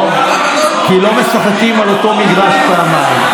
לא, כי לא משחקים על אותו מגרש פעמיים.